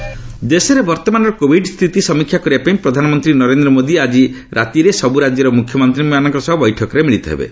PM CM ଦେଶରେ ବର୍ତ୍ତମାନର Covid ସ୍ଥିତି ସମୀକ୍ଷା କରିବାପାଇଁ ପ୍ରଧାନମନ୍ତ୍ରୀ ନରେନ୍ଦ୍ର ମୋଦି ଆଜି ସବୁ ରାଜ୍ୟର ମୁଖ୍ୟମନ୍ତ୍ରୀମାନଙ୍କ ସହ ବୈଠକରେ ମିଳିତ ହେବେ